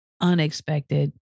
unexpected